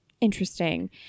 interesting